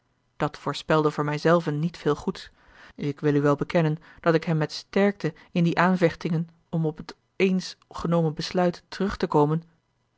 dat voorspelde voor mij zelven niet veel goeds ik wil u wel bekennen dat ik hem niet sterkte in die aanvechtingen om op het eens genomen besluit terug te komen